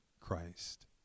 Christ